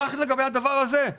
כך לגבי הדבר הזה.